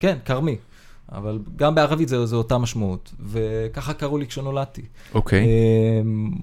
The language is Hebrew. כן, כרמי, אבל גם בערבית זו אותה משמעות, וככה קראו לי כשנולדתי.